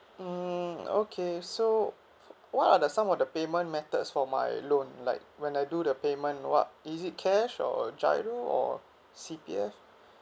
mmhmm okay so what are the some of the payment methods for my loan like when I do the payment what is it cash or giro or C_P_F